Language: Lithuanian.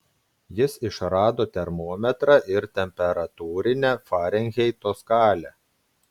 jis išrado termometrą ir temperatūrinę farenheito skalę